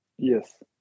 Yes